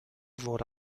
wurde